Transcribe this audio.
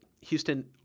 Houston